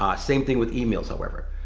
um same thing with emails however.